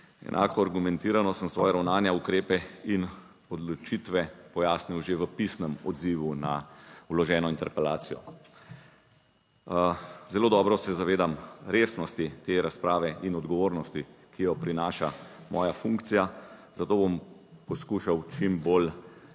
Enako argumentirano sem svoja ravnanja, ukrepe in odločitve pojasnil že v pisnem odzivu na vloženo interpelacijo. Zelo dobro se zavedam resnosti te razprave in odgovornosti, ki jo prinaša moja funkcija, zato bom poskušal čim bolj